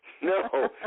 no